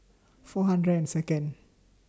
four hundred and Second